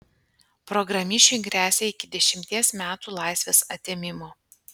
programišiui gresia iki dešimties metų laisvės atėmimo